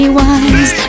wise